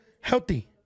healthy